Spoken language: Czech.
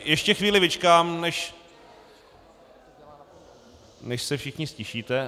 Ještě chvíli vyčkám, než se všichni ztišíte.